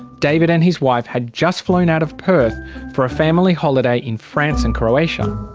david and his wife had just flown out of perth for a family holiday in france and croatia.